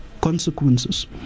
consequences